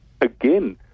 Again